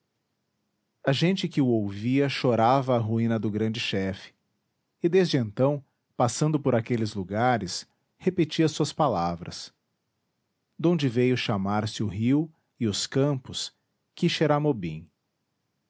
a gente que o ouvia chorava a ruína do grande chefe e desde então passando por aqueles lugares repetia suas palavras donde veio chamar-se o rio e os campos